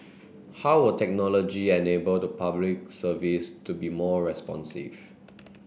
how will technology enable the Public Service to be more responsive